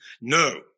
No